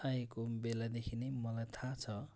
आएको बेलादेखि नै मलाई थाहा छ